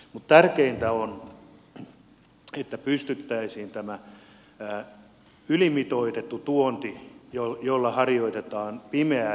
mutta tärkeintä on että pystyttäisiin tähän ylimitoitettuun tuontiin jolla harjoitetaan pimeää liiketoimintaa tässä maassa tarttumaan